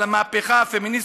על המהפכה הפמיניסטית,